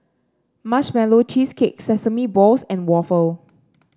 Marshmallow Cheesecake Sesame Balls and waffle